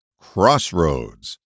Crossroads